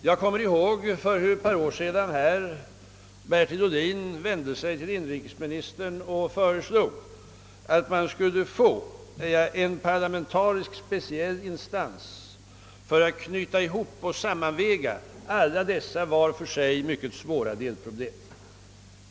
Jag kommer ihåg hur för ett par år sedan Bertil Ohlin föreslog inrikesministern att man skulle få en parlamentarisk specialinstans för att knyta samman alla dessa var för sig mycket svåra delproblem.